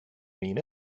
mean